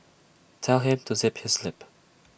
tell him to zip his lip